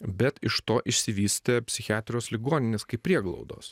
bet iš to išsivystė psichiatrijos ligoninės kaip prieglaudos